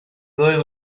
girl